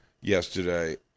yesterday